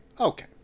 Okay